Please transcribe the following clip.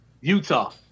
Utah